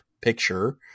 picture